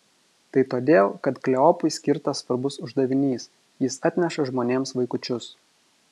tai todėl kad kleopui skirtas svarbus uždavinys jis atneša žmonėms vaikučius